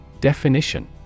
Definition